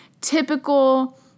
typical